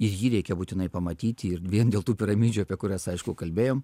ir jį reikia būtinai pamatyti ir vien dėl tų piramidžių apie kurias aišku kalbėjom